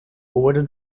hoorde